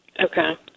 okay